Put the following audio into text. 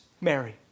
Mary